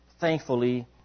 thankfully